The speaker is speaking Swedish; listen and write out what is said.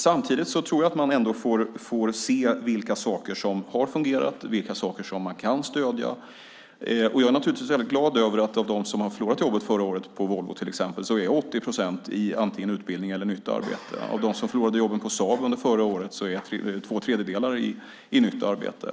Samtidigt tror jag att man ändå får se vilka saker som har fungerat och vilka saker som man kan stödja. Jag är naturligtvis väldigt glad till exempel över att 80 procent av dem som förra året förlorade jobben på Volvo antingen är i utbildning eller nytt arbete. Av dem som under förra året förlorade jobben på Saab är två tredjedelar i nytt arbete.